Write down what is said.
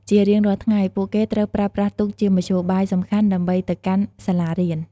ជារៀងរាល់ថ្ងៃ ពួកគេត្រូវប្រើប្រាស់ទូកជាមធ្យោបាយសំខាន់ដើម្បីទៅកាន់សាលារៀន។